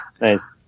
Nice